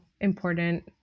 important